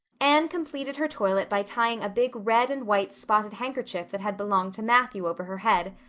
anne completed her toilet by tying a big red and white spotted handkerchief that had belonged to matthew over her head,